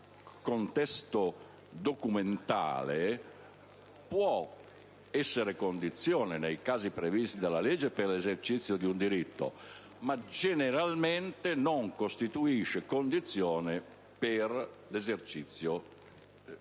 contesto documentale può essere condizione, nei casi previsti dalla legge, per l'esercizio di un diritto, ma generalmente non costituisce condizione per l'esercizio della gran